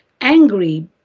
angry